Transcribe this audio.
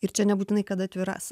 ir čia nebūtinai kad atviras